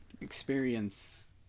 Experience